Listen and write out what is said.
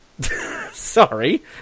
Sorry